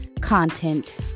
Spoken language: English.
content